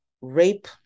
rape